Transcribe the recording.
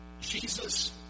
Jesus